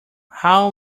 how